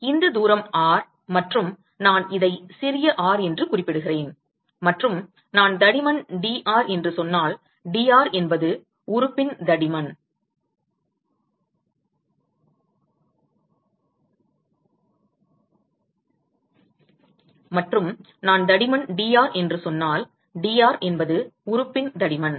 எனவே இந்த தூரம் R மற்றும் நான் இதை சிறிய r என்று குறிப்பிடுகிறேன் மற்றும் நான் தடிமன் dr என்று சொன்னால் dr என்பது உறுப்பின் தடிமன்